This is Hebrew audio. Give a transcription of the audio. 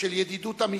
של ידידות אמיצה,